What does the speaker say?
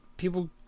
People